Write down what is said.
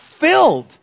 filled